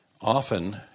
often